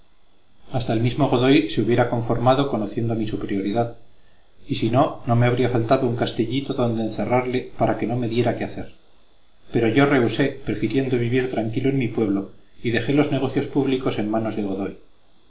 hasta el mismo godoy se hubiera conformado conociendo mi superioridad y si no no me habría faltado un castillito donde encerrarle para que no me diera que hacer pero yo rehusé prefiriendo vivir tranquilo en mi pueblo y dejé los negocios públicos en manos de godoy